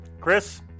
chris